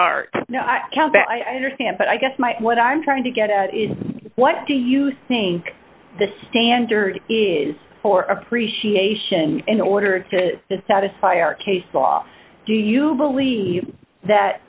council i understand but i guess my what i'm trying to get at is what do you think the standard is for appreciation in order to satisfy our case law do you believe that